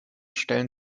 stellt